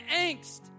angst